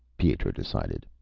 pietro decided.